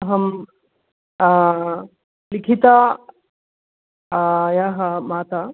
अहं लिखितायाः माताः